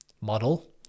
model